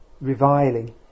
reviling